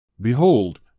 Behold